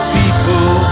people